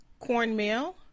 Cornmeal